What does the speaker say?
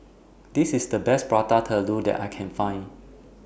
This IS The Best Prata Telur that I Can Find